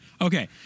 Okay